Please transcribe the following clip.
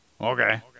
Okay